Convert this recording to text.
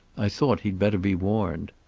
i thought he'd better be warned.